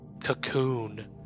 cocoon